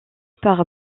par